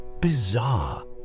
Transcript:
bizarre